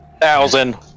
Thousand